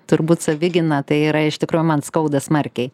turbūt savigyna tai yra iš tikrųjų man skauda smarkiai